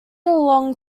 along